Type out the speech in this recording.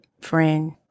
friend